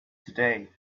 today